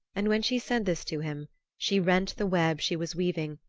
and when she said this to him she rent the web she was weaving,